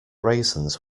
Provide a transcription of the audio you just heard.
raisins